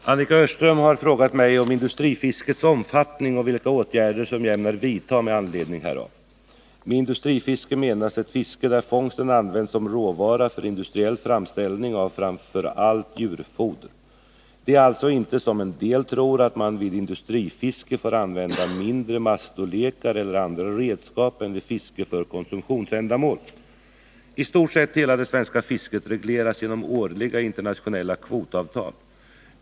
Herr talman! Annika Öhrström har frågat mig om industrifiskets omfattning och vilka åtgärder som jag ämnar vidta med anledning härav. Med industrifiske menas ett fiske där fångsten används som råvara för industriell framställning av framför allt djurfoder. Det är alltså inte så, som en del tror, att man vid industrifiske får använda mindre maskstorlekar eller andra redskap än vid fiske för konsumtionsändamål. I stort sett hela det svenska fisket regleras genom årliga internationella kvotavtal.